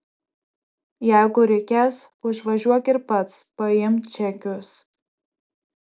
jeigu reikės užvažiuok ir pats paimk čekius